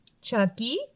Chucky